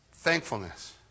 Thankfulness